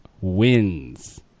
wins